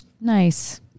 Nice